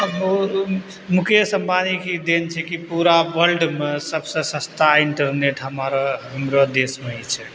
आओर बहुत मुकेश अम्बानीके देन छै कि पूरा वर्ल्डमे सबसँ सस्ता इन्टरनेट हमर हमरो देशमे ही छै